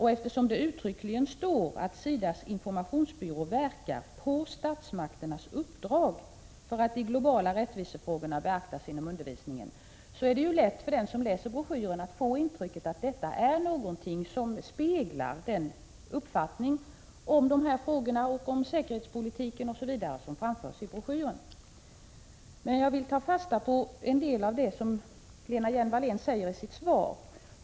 Eftersom det uttryckligen står att SIDA:s informationsbyrå verkar på statsmakternas uppdrag för att de globala rättvisefrågorna beaktas inom undervisningen, är det lätt för den som läser broschyren att få intrycket att den uppfattning om dessa frågor, om säkerhetspolitiken osv., som framförs i broschyren avspeglar statsmakternas åsikter. Jag tar fasta på en del av det som Lena Hjelm-Wallén säger i sitt svar.